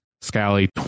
Scally